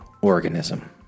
organism